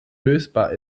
lösbar